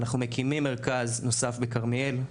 אנחנו מקימים מרכז נוסף בכרמיאל,